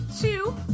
two